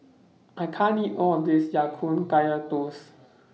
I can't eat All of This Ya Kun Kaya Toast